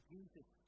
Jesus